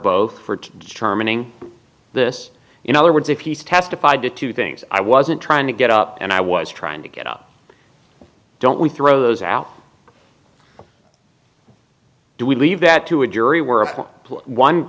both for to determining this in other words if he's testified to two things i wasn't trying to get up and i was trying to get out don't we throw those out do we leave that to a jury where o